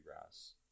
grass